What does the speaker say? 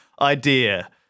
idea